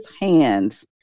hands